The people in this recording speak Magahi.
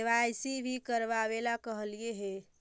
के.वाई.सी भी करवावेला कहलिये हे?